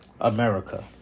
america